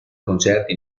concerti